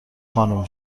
خانوم